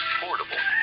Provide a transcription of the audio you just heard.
portable